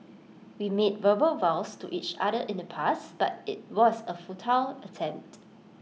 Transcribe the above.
we made verbal vows to each other in the past but IT was A futile attempt